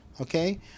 okay